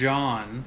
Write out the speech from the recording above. John